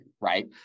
right